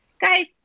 Guys